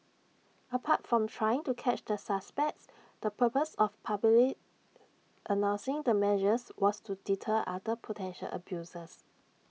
apart from trying to catch the suspects the purpose of publicly announcing the measures was to deter other potential abusers